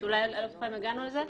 ואני לא בטוחה אם הגענו לזה.